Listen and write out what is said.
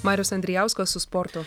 marius andrijauskas su sportu